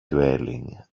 dwelling